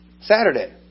Saturday